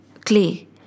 clay